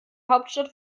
hauptstadt